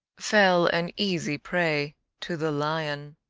fell an easy prey to the lion.